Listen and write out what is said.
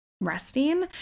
resting